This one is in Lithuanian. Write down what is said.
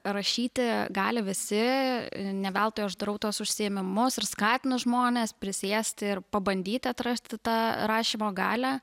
rašyti gali visi ne veltui aš darau tuos užsiėmimus ir skatinu žmones prisėsti ir pabandyti atrasti tą rašymo galią